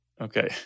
Okay